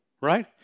Right